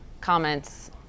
comments